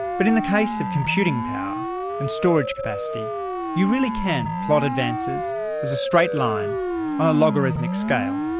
but in the case of computing power and storage capacity you really can plot advances as a straight line on a logarithmic scale.